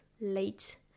late